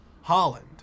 Holland